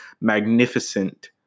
magnificent